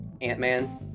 Ant-Man